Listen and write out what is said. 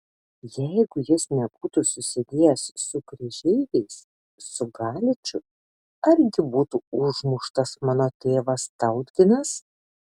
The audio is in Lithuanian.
jeigu jis nebūtų susidėjęs su kryžeiviais su galiču argi būtų užmuštas mano tėvas tautginas